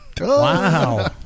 Wow